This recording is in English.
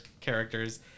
characters